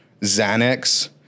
Xanax